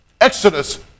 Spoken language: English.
Exodus